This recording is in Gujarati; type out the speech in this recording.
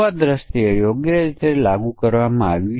તેથી તે ક્વિઝ 2 છે જે સમસ્યા આપણે જોઇ છે તેનામાં એક નાની ભિન્નતા છે